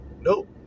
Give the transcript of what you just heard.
nope